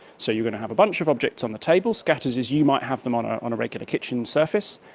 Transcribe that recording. so you going to have a bunch of objects on the table, scattered as you might have them on ah on a regular kitchen surface,